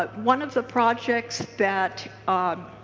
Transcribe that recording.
but one of the projects that ah